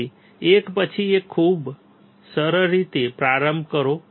તેથી એક પછી એક ખૂબ જ સરળ રીતે પ્રારંભ કરો